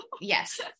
yes